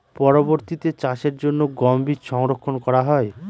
পরবর্তিতে চাষের জন্য গম বীজ সংরক্ষন করা হয়?